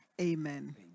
amen